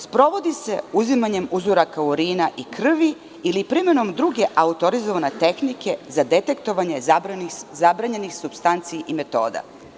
Sprovodi se uzimanjem uzoraka urina i krivi ili primenom druge autorizovane tehnike za detektovanje zabranjenih supstanci i metoda.